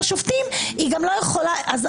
אני מדברת בצורה הכי מכובדת שיש.